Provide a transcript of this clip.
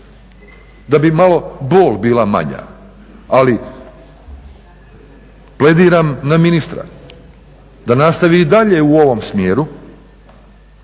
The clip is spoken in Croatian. da bi malo bol bila manja. Ali plediram na ministra da nastavi i dalje u ovom smjeru.